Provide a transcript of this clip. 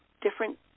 different